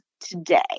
today